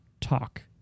talk